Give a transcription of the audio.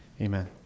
Amen